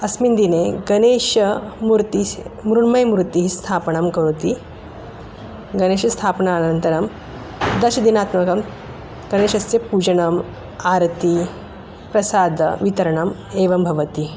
अस्मिन् दिने गणेशमूर्तिः मृण्मयमूर्तिः स्थापणं करोति गणेशस्थापनानन्तरं दशदिनात्मकं गणेशस्य पूजनम् आरती प्रसादवितरणम् एवं भवति